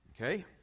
Okay